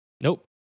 nope